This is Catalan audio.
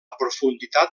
profunditat